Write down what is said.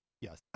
yes